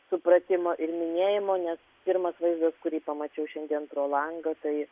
supratimo ir minėjimo nes pirmas vaizdas kurį pamačiau šiandien pro langą tai